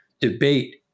debate